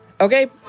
Okay